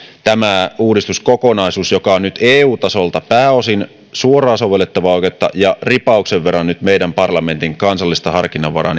tämä uudistuskokonaisuus joka on nyt eu tasolta pääosin suoraan sovellettavaa oikeutta ja jossa on ripauksen verran nyt meidän parlamenttimme kansallista harkinnanvaraa